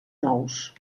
nous